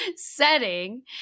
setting